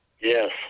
yes